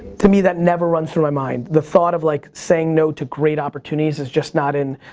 to me that never runs through my mind. the thought of like saying no to great opportunities is just not in,